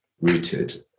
rooted